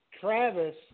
Travis